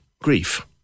grief